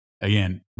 again